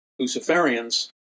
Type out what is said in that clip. Luciferians